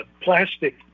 plastic